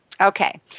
Okay